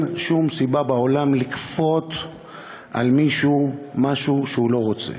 שום סיבה בעולם לכפות על מישהו משהו שהוא לא רוצה,